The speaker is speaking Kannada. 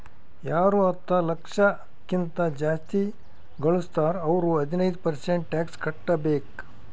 ಯಾರು ಹತ್ತ ಲಕ್ಷ ಕಿಂತಾ ಜಾಸ್ತಿ ಘಳುಸ್ತಾರ್ ಅವ್ರು ಹದಿನೈದ್ ಪರ್ಸೆಂಟ್ ಟ್ಯಾಕ್ಸ್ ಕಟ್ಟಬೇಕ್